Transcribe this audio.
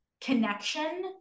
connection